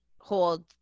hold